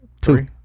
Two